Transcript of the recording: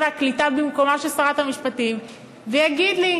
והקליטה במקומה של שרת המשפטים ויגיד לי: